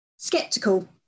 skeptical